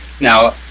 now